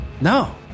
No